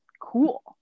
cool